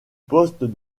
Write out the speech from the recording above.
postes